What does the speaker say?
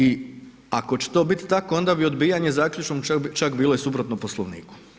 I ako će to biti tako onda bi odbijanje zaključka čak bilo i suprotno Poslovniku.